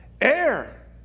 Air